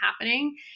happening